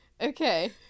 okay